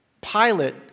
Pilate